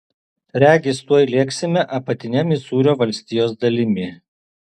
regis tuoj lėksime apatine misūrio valstijos dalimi